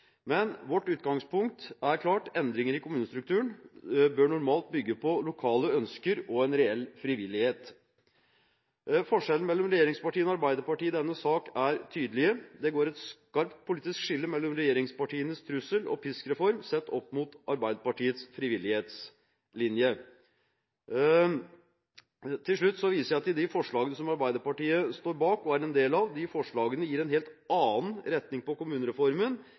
Men vårt utgangspunkt er klart: Endringer i kommunestrukturen bør normalt bygge på lokale ønsker og en reell frivillighet. Forskjellene mellom regjeringspartiene og Arbeiderpartiet i denne sak er tydelige – det går et skarpt politisk skille mellom regjeringspartienes trussel-og-pisk-reform, sett opp mot Arbeiderpartiets frivillighetslinje. Til slutt viser jeg til de forslagene som Arbeiderpartiet står bak og er en del av. De forslagene gir en helt annen retning på kommunereformen